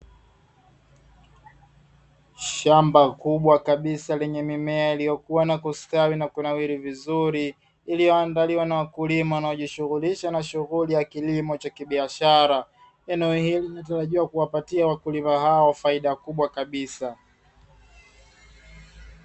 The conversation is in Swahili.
Shamba kubwa kabisa lenye mimea iliyokua na kustawi na kunawili vizuri, iliyo andaliwa na wakulima wanao jishughulisha na shughuli ya kilimo cha kibiashara. Eneo hili linatarajiwa kuwapatia wakulima hao faida kubwa kabisa.